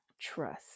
trust